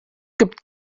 gibt